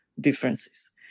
differences